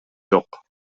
жок